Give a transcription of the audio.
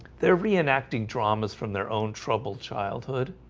they're re-enacting dramas from their own troubled childhood